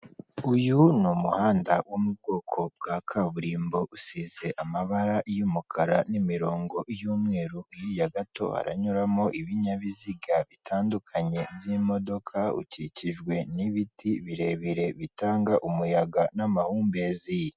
Uyu ni umuhanda wo mu bwoko bwa kaburimbo usize amabara y'umukara n'imirongo y'umweru, hirya gato haranyuramo ibinyabiziga bitandukanye by'imodoka, ukikijwe n'ibiti birebire bitanga umuyaga n'amahumbezi.